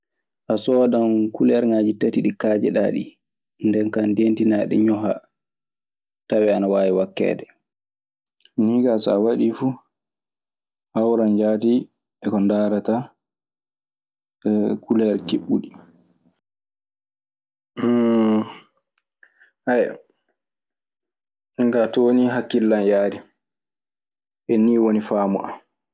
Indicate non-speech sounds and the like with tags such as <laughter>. A soodan kulerŋaaji tati ɗi kaajeɗaa ɗii, ndeen kaa ndeentinaa ɗi ñohaa. Tawee ana waawi wakkeede. Nii kaa so a waɗii fu hawran jaati e ko ndaarataa e kuleer kiɓɓuɗi. <hesitation> Min kaa too nii hakkilan yaari. E nii woni faamu an.